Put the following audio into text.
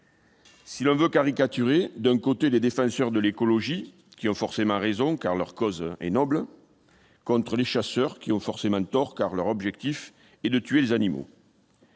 Si l'on veut caricaturer, il y a, d'un côté, les défenseurs de l'écologie, qui ont forcément raison, car leur cause est noble, contre, de l'autre, les chasseurs, qui ont forcément tort, car leur objectif est de tuer des animaux.